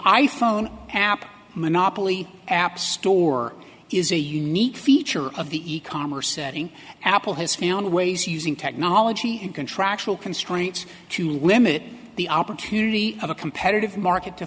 i phone app monopoly app store is a unique feature of the e commerce setting apple has found ways using technology and contractual constraints to limit the opportunity of a competitive market to